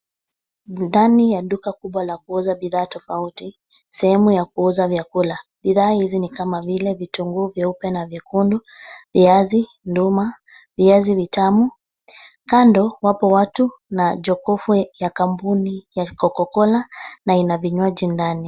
Ndani ya duka kubwa la kuuza bidhaa tofauti sehemu ya kuuza vyakula. Bidhaa hizi ni kama vile vitunguu vyeupe na vikundi viazi, nduma, viazi vitamu. Kando wapo watu na jokofu ya kampuni ya cocacola na ina vinywaji ndani.